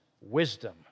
wisdom